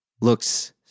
looks